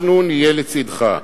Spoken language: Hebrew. אנחנו נהיה לצדך.